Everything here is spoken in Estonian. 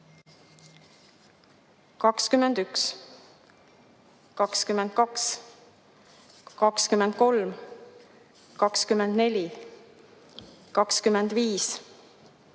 21, 22, 23, 24, 25,